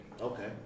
Okay